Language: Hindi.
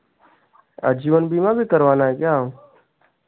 जीवन बीमा भी करवाना है क्या